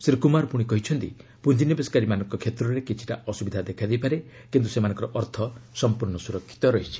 ଶ୍ରୀ କୁମାର ପୁଣି କହିଛନ୍ତି ପୁଞ୍ଜିନିବେଶକାରୀମାନଙ୍କ କ୍ଷେତ୍ରରେ କିଛିଟା ଅସୁବିଧା ଦେଖାଦେଇପାରେ କିନ୍ତୁ ସେମାନଙ୍କର ଅର୍ଥ ସମ୍ପର୍ଶ୍ଣ ସୁରକ୍ଷିତ ରହିଛି